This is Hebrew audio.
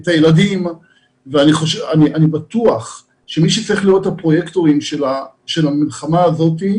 את הילדים ואני בטוח שמי שצריך להיות הפרויקטורים של המלחמה הזאת,